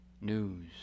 news